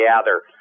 gather